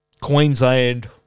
Queensland